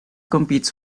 competes